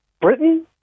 Britain